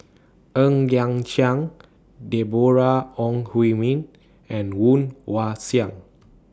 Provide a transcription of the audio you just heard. Ng Liang Chiang Deborah Ong Hui Min and Woon Wah Siang